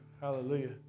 Hallelujah